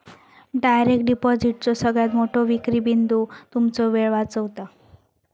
direct डिपॉजिटचो सगळ्यात मोठो विक्री बिंदू तुमचो वेळ वाचवता